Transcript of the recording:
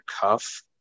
cuff